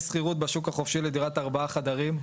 שכירות בשוק החופשי לדירת ארבעה חדרים,